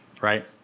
right